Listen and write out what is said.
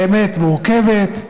האמת מורכבת,